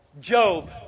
Job